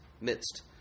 midst